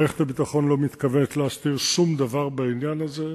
מערכת הביטחון לא מתכוונת להסתיר שום דבר בעניין הזה.